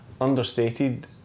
understated